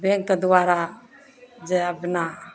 बैँकके द्वारा जे अपना